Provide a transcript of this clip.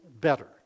better